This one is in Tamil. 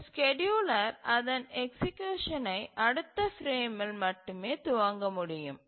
ஒரு ஸ்கேட்யூலர் அதன் எக்சீக்யூசனை அடுத்த பிரேமில் மட்டுமே துவங்க முடியும்